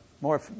More